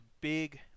big